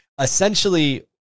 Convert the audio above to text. essentially